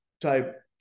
type